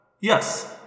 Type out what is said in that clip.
Yes